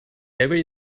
every